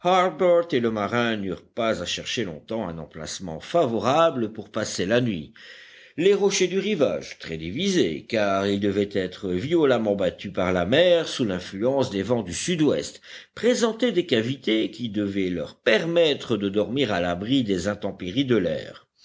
et le marin n'eurent pas à chercher longtemps un emplacement favorable pour passer la nuit les rochers du rivage très divisés car ils devaient être violemment battus par la mer sous l'influence des vents du sud-ouest présentaient des cavités qui devaient leur permettre de dormir à l'abri des intempéries de l'air